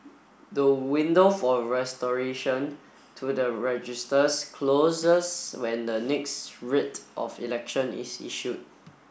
the window for restoration to the registers closes when the next writ of election is issued